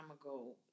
ago